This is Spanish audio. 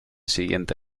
siguiente